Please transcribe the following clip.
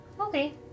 Okay